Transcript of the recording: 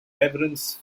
reverence